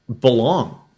belong